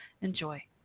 Enjoy